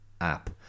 app